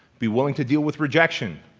be willing to deal with rejection.